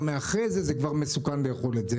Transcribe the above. אחרי זה כבר מסוכן לאכול את זה.